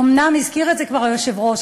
אומנם הזכיר את זה כבר היושב-ראש,